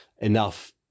enough